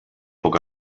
poc